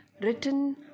written